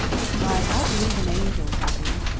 why, i believe in angels, i do!